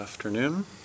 afternoon